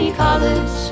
colors